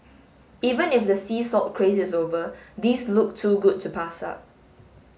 even if the sea salt craze is over these look too good to pass up